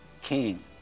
King